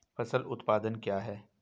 फसल उत्पादन क्या है?